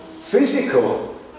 physical